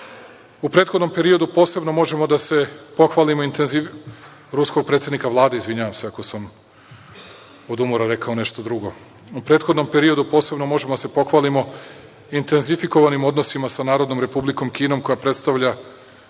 prethodnom periodu posebno možemo da se pohvalimo intenzifikovanim odnosima sa Narodnom Republikom Kinom, koja predstavlja